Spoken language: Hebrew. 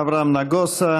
אברהם נגוסה